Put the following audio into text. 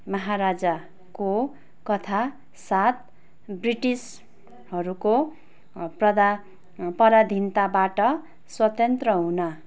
महाराजाको कथा साथ ब्रिटिसहरूको प्रधा पराधिन्ताबाट स्वतन्त्र हुन